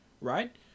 right